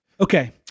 Okay